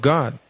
God